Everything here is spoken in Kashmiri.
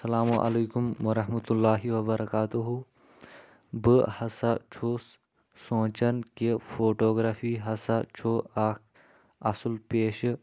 اسلامُ علیکُم ورحمتہ اللہ وبركاتہ بہٕ ہسا چھُس سونٛچَان کہِ فوٹوگرافی ہسا چھُ اکھ اَصل پیشہٕ